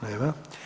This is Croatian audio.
Nema.